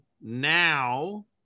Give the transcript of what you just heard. now